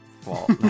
fault